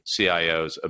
CIOs